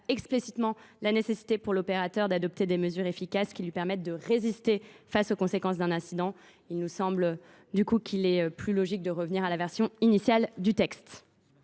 explicitement la nécessité pour l’opérateur d’adopter des mesures efficaces qui lui permettent de résister face aux conséquences d’un incident. Il nous semble plus logique de revenir à la version initiale du texte.